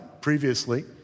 previously